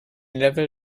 level